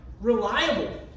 Reliable